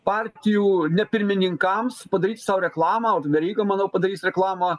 partijų ne pirmininkams padaryti sau reklamą ot veryga manau padarys reklamą